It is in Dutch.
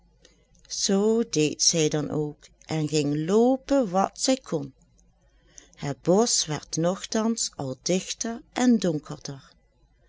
zoo deed zij dan ook en ging loopen wat zij kon het bosch werd nogtans al digter en donkerder